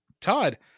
Todd